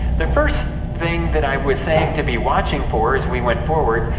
the first thing that i was saying to be watching for, as we went forward,